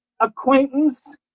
acquaintance